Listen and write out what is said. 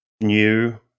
new